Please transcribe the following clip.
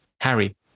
Harry